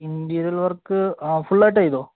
interior work ആ ഫുള്ളായിട്ട് ചെയ്തോ